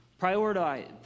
Prioritize